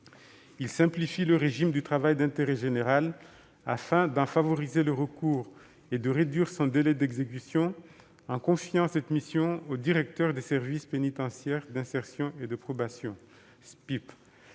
Il simplifie le régime du travail d'intérêt général afin de favoriser le recours à ce type de peine et de réduire son délai d'exécution en confiant cette mission aux directeurs des services pénitentiaires d'insertion et de probation (SPIP).